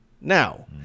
Now